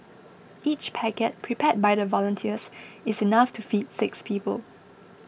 each packet prepared by volunteers is enough to feed six people